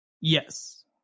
Yes